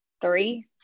three